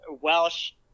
Welsh